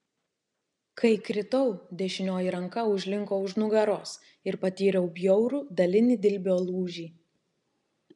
kai kritau dešinioji ranka užlinko už nugaros ir patyriau bjaurų dalinį dilbio lūžį